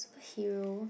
that hero